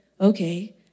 Okay